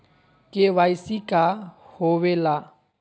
KYC का होवेला?